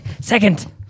second